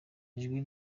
ijwi